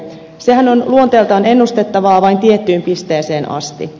sehän on luonteeltaan ennustettavaa vain tiettyyn pisteeseen asti